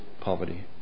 poverty